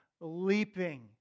leaping